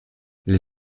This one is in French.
les